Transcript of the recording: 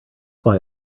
why